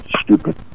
stupid